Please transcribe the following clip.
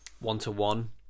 one-to-one